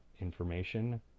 information